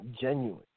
genuine